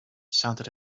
sounded